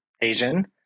Asian